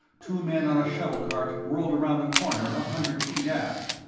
two men on a shuttle cart whirled around the corner a hundred feet aft.